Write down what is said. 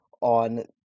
on